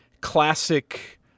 classic